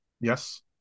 Yes